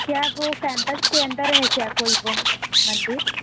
क्या वो कैंपस के अंदर है क्या कोई वो मंदिर